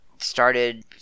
started